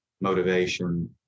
motivation